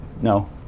no